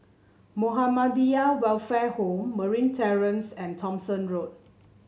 Muhammadiyah Welfare Home Marine Terrace and Thomson Road